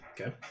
Okay